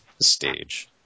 Stage